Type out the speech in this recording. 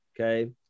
Okay